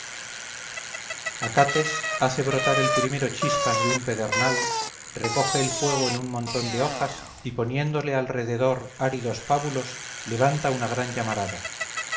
aguas acates hace brotar el primero chispas de un pedernal recoge el fuego en un montón de hojas y poniéndole alrededor áridos pábulos levanta una gran llamarada